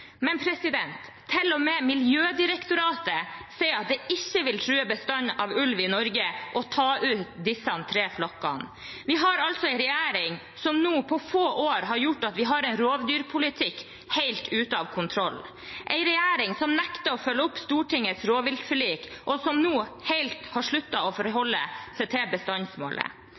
Men til og med Miljødirektoratet sier at det ikke vil true bestanden av ulv i Norge å ta ut disse tre flokkene. Vi har altså en regjering som nå på få år har gjort at vi har en rovdyrpolitikk helt ute av kontroll, en regjering som nekter å følge opp Stortingets rovviltforlik, og som nå helt har sluttet å forholde seg til bestandsmålet.